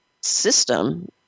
system